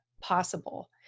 possible